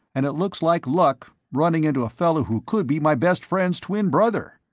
and it looks like luck running into a fellow who could be my best friend's twin brother.